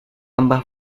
ambas